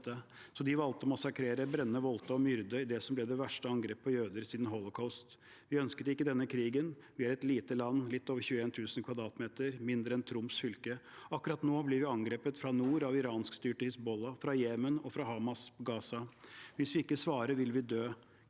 Så de valgte å massakrere, brenne, voldta og myrde i det som ble det verste angrepet på jøder siden Holocaust. Vi ønsket ikke denne krigen. Vi er et veldig lite land – litt over 21 000 kvadratkilometer, mindre enn Troms fylke. Akkurat nå blir vi angrepet fra nord av iranskstyrte Hizbollah, fra Jemen og fra Hamas i Gaza. Hvis vi ikke svarer, vil vi dø.